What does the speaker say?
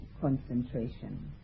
concentration